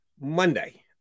Monday